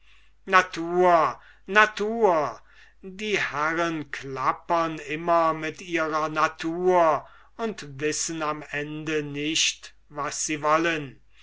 natur natur die herren klappern immer mit ihrer natur und wissen am ende nicht was sie wollen